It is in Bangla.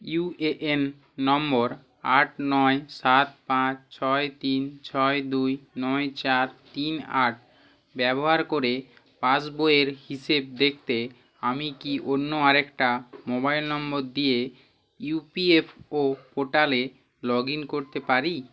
ইউএএন নম্বর আট নয় সাত পাঁচ ছয় তিন ছয় দুই নয় চার তিন আট ব্যবহার করে পাসবইয়ের হিসেব দেখতে আমি কি অন্য আরেকটা মোবাইল নম্বর দিয়ে ইপিএফও পোর্টালে লগ ইন করতে পারি